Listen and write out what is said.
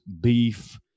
beef